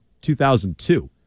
2002